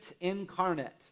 incarnate